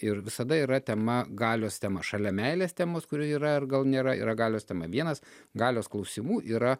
ir visada yra tema galios tema šalia meilės temos kuri yra ir gal nėra yra galios tema vienas galios klausimų yra